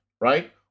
right